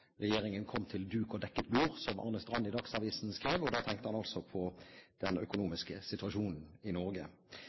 Regjeringen kom til duk og dekket bord, som Arne Strand i Dagsavisen skrev, og da tenkte han altså på den økonomiske situasjonen i Norge.